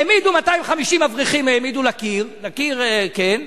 העמידו 250 אברכים לקיר, לקיר, כן,